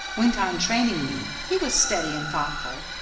went on training me he was steady and thoughtful,